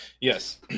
Yes